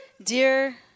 Dear